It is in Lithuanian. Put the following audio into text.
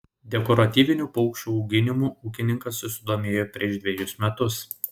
dekoratyvinių paukščių auginimu ūkininkas susidomėjo prieš dvejus metus